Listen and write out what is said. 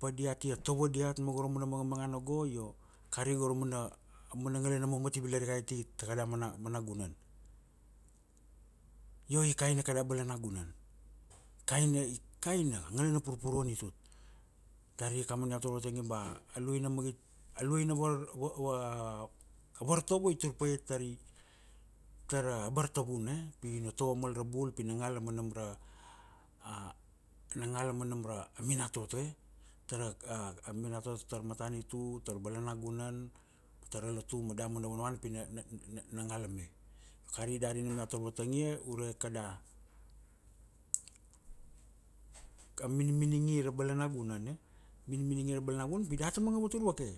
Pa diate tovo diat ma go ra mana mangamangana go io, kari go ra mana, amana ngalana mamat i vila rikai ati ta kada mana, mana gunan. Io i kaina kada balanagunan. Kain, kaina. Ngal na purpuruan i tut. Dari kamana iau tar tatike ba, a luaina magit, a luaina var, var, a vartovo i tur paia tari, tara bartavuna e? Pina tovo mal ra bul pina ngala manam ra, a na ngala ma nam ra, a mina toto e? A minatoto tara matanitu, tara balanagunan, ma tara latu ma damana vanavana pi na na na ngala me. Kari dari nina iau tar vatangia, ure kada, a miniminingi ra balanagunan e? Miniminingi ra balanagunan pi data manga vatur vake.